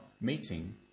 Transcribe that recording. meeting